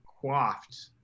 Quaffed